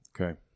Okay